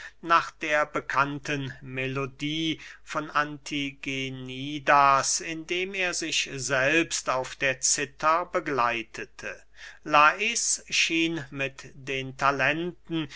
nach der bekannten melodie von antigenidas indem er sich selbst auf der cither begleitete lais schien mit den talenten